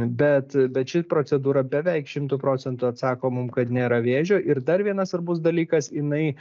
bet bet ši procedūra beveik šimtu procentų atsako mum kad nėra vėžio ir dar vienas svarbus dalykas jinai